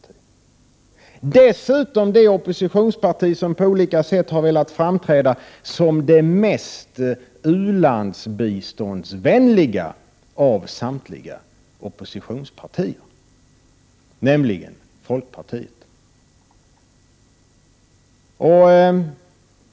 Det är dessutom det oppositionsparti som på olika sätt har velat framträda som det mest u-landsbiståndsvänliga av samtliga oppositionspartier, nämligen folkpartiet.